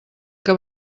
que